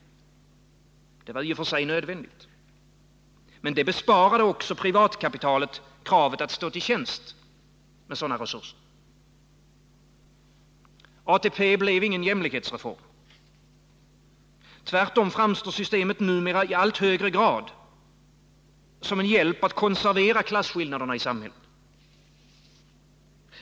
Det var i och för sig nödvändigt, men det besparade också privatkapitalet kravet att stå till tjänst med sådana resurser. ATP blev ingen jämlikhetsreform. Tvärtom framstår systemet numera i allt högre grad som en hjälp att konservera klasskillnaderna i samhället.